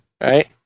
Right